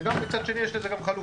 וגם מצד שני יש לזה חלופה,